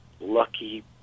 lucky